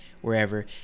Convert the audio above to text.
wherever